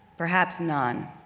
perhaps none,